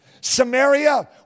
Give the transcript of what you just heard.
Samaria